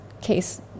case